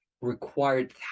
required